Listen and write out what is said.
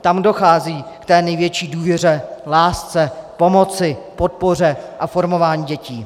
Tam dochází k té největší důvěře, lásce, pomoci, podpoře a formování dětí.